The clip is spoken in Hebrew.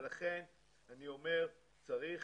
ולכן, אני אומר שצריך